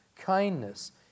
kindness